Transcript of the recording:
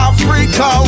Africa